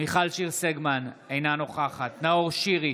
מיכל שיר סגמן, אינה נוכחת נאור שירי,